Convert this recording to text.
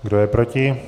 Kdo je proti?